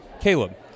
Caleb